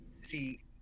see